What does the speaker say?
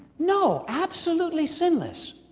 no, absolutely sinless.